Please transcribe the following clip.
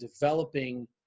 developing